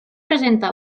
presenta